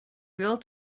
real